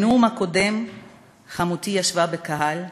בנאום הקודם חמותי ישבה בקהל,